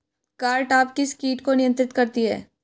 Cartap किस किट को नियंत्रित करती है?